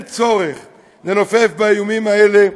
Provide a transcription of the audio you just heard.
אין צורך לנופף באיומים האלה,